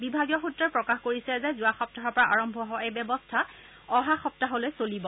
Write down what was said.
বিভাগীয় সুত্ৰই প্ৰকাশ কৰিছে যে যোৱা সপ্তাহৰ পৰা আৰম্ভ হোৱা এই ব্যৱস্থা অহা সপ্তাহলৈ চলিব